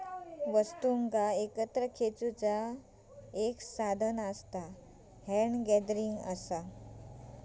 वस्तुंका एकत्र खेचुचा एक साधान हॅन्ड गॅदरिंग असा